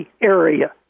area